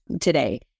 today